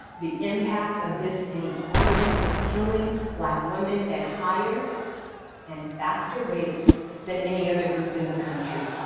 the impact of this inequality is killing black women at higher and faster rates than any other group in the country.